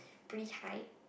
pretty high